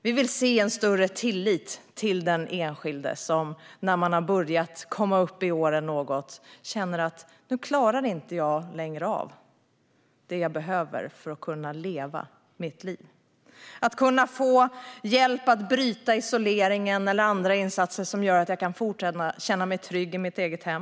Vi vill se en större tillit till den enskilde som börjat komma upp i åren något och känner att man inte längre klarar av det man behöver för att kunna leva sitt liv. Man ska kunna få hjälp att bryta isoleringen eller få andra insatser som gör att man kan fortsätta att känna sig trygg i sitt eget hem.